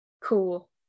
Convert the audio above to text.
Cool